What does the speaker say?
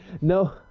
No